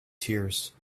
tears